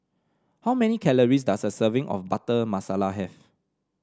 how many calories does a serving of Butter Masala have